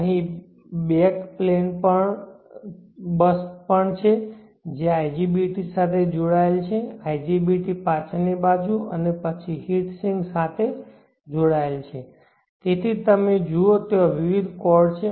અહીં back plane bus પણ છે જે IGBT સાથે જોડાયેલ છે IGBT પાછળની બાજુ અને પછી હીટ સિંક સાથે જોડાયેલ છે તેથી તમે જુઓ ત્યાં વિવિધ કોર્ડ છે